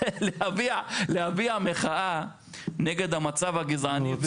להביע מחאה נגד המצב הגזעני.